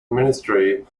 ministry